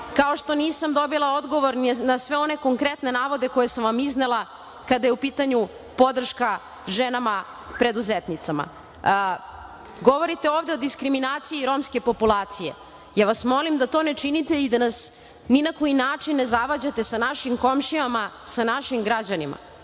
kao što nisam dobila odgovor na sve one konkretne navode koje sam vam iznela kada je u pitanju podrška ženama preduzetnicama. Govorite ovde o diskriminaciji romske populacije. Ja vas molim da to ne činite i da nas ni na koji način ne zavađate sa našim komšijama, sa našim građanima,